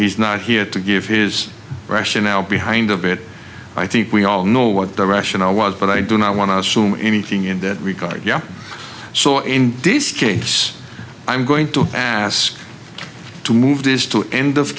he's not here to give his rationale behind a bit i think we all know what the rationale was but i do not want to assume anything in that regard yeah so in this case i'm going to ask to move this to an end